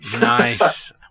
nice